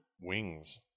Wings